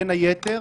בין היתר,